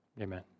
Amen